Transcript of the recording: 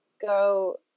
go